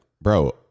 bro